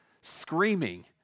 screaming